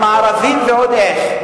הם ערבים ועוד איך.